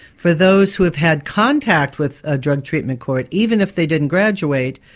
for those who have had contact with a drug treatment court, even if they didn't graduate,